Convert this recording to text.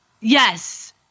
Yes